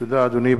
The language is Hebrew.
תודה, אדוני.